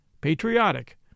patriotic